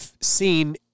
seen